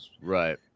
Right